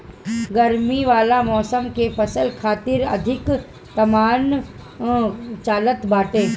गरमी वाला मौसम के फसल खातिर अधिक तापमान चाहत बाटे